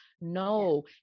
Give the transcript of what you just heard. No